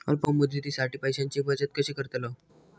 अल्प मुदतीसाठी पैशांची बचत कशी करतलव?